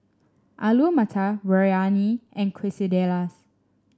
Alu Matar Biryani and Quesadillas